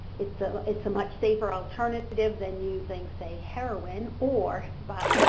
it's ah it's a much safer alternative than using say, heroin, or, but,